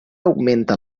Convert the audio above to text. augmenta